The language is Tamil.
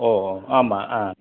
ஓ ஓ ஆமாம் ஆ